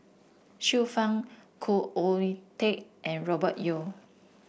Xiu Fang Khoo Oon Teik and Robert Yeo